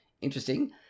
Interesting